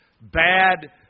bad